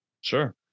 Sure